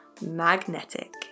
magnetic